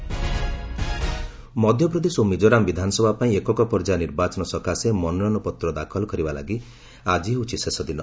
MP election Madhya Pradesh ଓ ମିକୋରାମ୍ ବିଧାନସଭା ପାଇଁ ଏକକ ପର୍ଯ୍ୟାୟ ନିର୍ବାଚନ ସକାଶେ ମନୋନୟନ ପତ୍ର ଦାଖଲ କରିବା ଲାଗି ଆଜି ହେଉଛି ଶେଷ ଦିନ